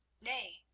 nay,